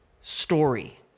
story